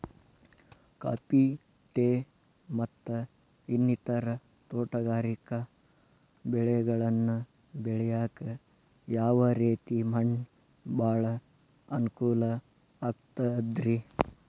Coffee, tea, ಮತ್ತ ಇನ್ನಿತರ ತೋಟಗಾರಿಕಾ ಬೆಳೆಗಳನ್ನ ಬೆಳೆಯಾಕ ಯಾವ ರೇತಿ ಮಣ್ಣ ಭಾಳ ಅನುಕೂಲ ಆಕ್ತದ್ರಿ?